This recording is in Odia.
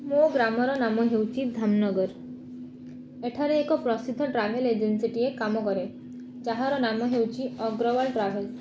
ମୋ ଗ୍ରାମର ନାମ ହେଉଛି ଧାମ୍ନଗର ଏଠାରେ ଏକ ପ୍ରସିଦ୍ଧ ଟ୍ରାଭେଲ ଏଜେନ୍ସିଟିଏ କାମ କରେ ଯାହାର ନାମ ହେଉଛି ଅଗ୍ରବାଲ ଟ୍ରାଭେଲ